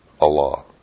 Allah